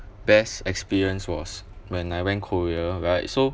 best experience was when I went korea right so